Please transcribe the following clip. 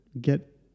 get